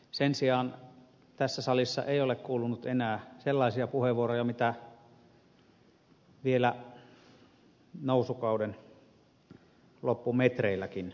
sen sijaan tässä salissa ei ole kuulunut enää sellaisia puheenvuoroja joita vielä nousukauden loppumetreilläkin kuuli